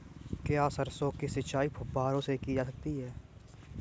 क्या सरसों की सिंचाई फुब्बारों से की जा सकती है?